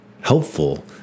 helpful